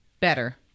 better